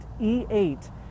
E8